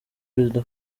perezida